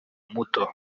umuto